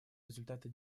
результаты